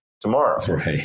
tomorrow